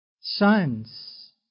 sons